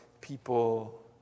people